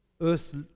earth